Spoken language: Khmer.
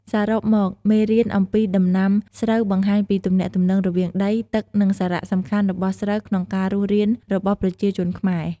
សរុបមក មេរៀនអំពីដំណាំស្រូវបង្ហាញពីទំនាក់ទំនងរវាងដី ទឹក និងសារៈសំខាន់របស់ស្រូវក្នុងការរស់រានរបស់ប្រជាជនខ្មែរ។